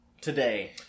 today